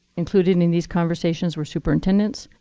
included in in these conversations were superintendents,